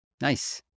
nice